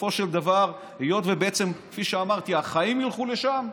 בסופו של דבר, היות שכפי שאמרתי החיים ילכו לשם,